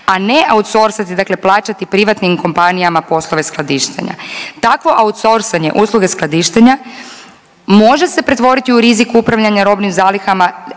a ne autsorsati dakle plaćati privatnim kompanijama poslove skladištenja. Takvo autsorsanje usluge skladištenja može se pretvoriti u rizik upravljanja robnim zalihama,